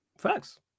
Facts